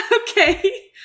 Okay